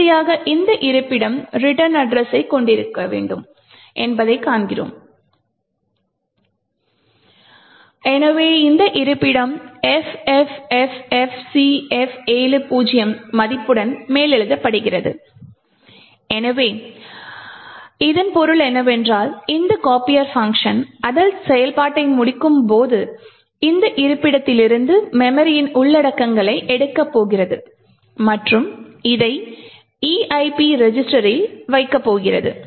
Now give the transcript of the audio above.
இறுதியாக இந்த இருப்பிடம் ரிட்டர்ன் அட்ரஸ் யைக் கொண்டிருக்க வேண்டும் என்பதைக் காண்கிறோம் எனவே இந்த இருப்பிடம் FFFFCF70 மதிப்புடன் மேலெழுதப்படுகிறது எனவே இதன் பொருள் என்னவென்றால் இந்த copier பங்க்ஷன் அதன் செயல்பாட்டை முடிக்கும்போது இந்த இருப்பிடத்திலிருந்து மெமரியின் உள்ளடக்கங்களை எடுக்கப் போகிறது மற்றும் இதை EIP ரெஜிஸ்டரில் வைக்கப் போகிறது